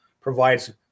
provides